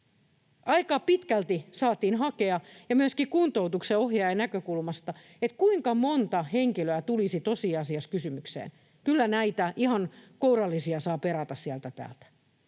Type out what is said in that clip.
Aika pitkälti saatiin hakea, myöskin kuntoutuksen ohjaajan näkökulmasta, kuinka monta henkilöä tulisi tosiasiassa kysymykseen. Kyllä näitä ihan kourallisia saa perata sieltä täältä.